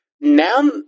now